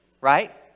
Right